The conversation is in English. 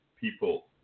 people